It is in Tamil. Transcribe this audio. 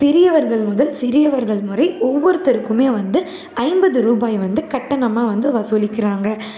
பெரியவர்கள் முதல் சிறியவர்கள் வரை ஒவ்வொருத்தருக்கும் வந்து ஐம்பது ரூபாய் வந்து கட்டணமாக வந்து வசூலிக்கிறாங்க